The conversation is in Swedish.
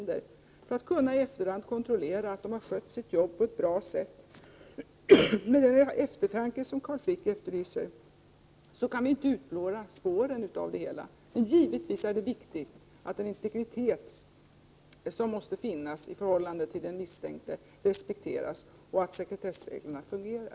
Det gäller att i efterhand kunna kontrollera att dessa har skött sina uppgifter på ett bra sätt. I fråga om den eftertanke som Carl Frick efterlyser måste jag säga att vi inte kan utplåna spåren av det hela. Men givetvis är det viktigt att den integritet som måste finnas i förhållande till den misstänkte respekteras och att sekretessreglerna fungerar.